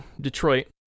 Detroit